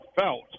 felt